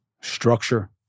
Structure